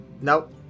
Nope